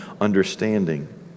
understanding